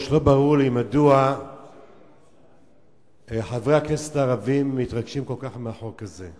לא ברור לי מדוע חברי הכנסת הערבים מתרגשים כל כך מהחוק הזה.